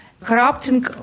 corrupting